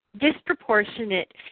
disproportionate